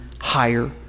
higher